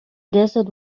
desert